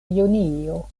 junio